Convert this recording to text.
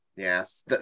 Yes